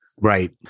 Right